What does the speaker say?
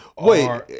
Wait